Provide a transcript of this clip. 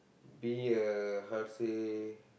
be a how to say